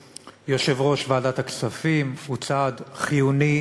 יושב-ראש ועדת הכספים הוא צעד חיוני,